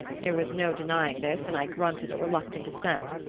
there was no denying this, and i grunted a reluctant assent.